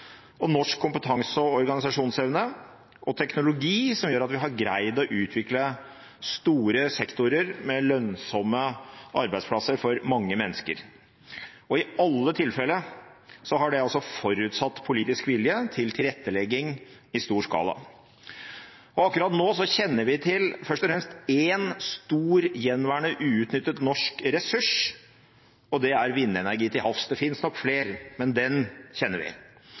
og norsk kompetanse, organisasjonsevne og teknologi. Det er dette som har gjort at vi har greid å utvikle store sektorer med lønnsomme arbeidsplasser for mange mennesker. I alle tilfeller har det forutsatt politisk vilje til tilrettelegging i stor skala. Akkurat nå kjenner vi først og fremst til én stor gjenværende, uutnyttet norsk ressurs, og det er vindenergi til havs – det finnes nok flere, men den kjenner vi